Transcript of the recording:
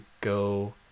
go